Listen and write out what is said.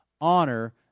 honor